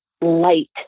light